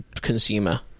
consumer